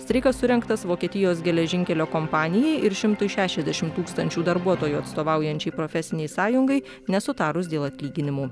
streikas surengtas vokietijos geležinkelio kompanijai ir šimtui šešiasdešimt tūkstančių darbuotojų atstovaujančiai profesinei sąjungai nesutarus dėl atlyginimų